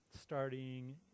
starting